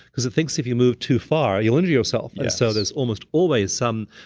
because it thinks if you move too far you'll injure yourself. so there's almost always some.